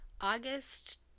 August